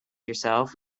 yourself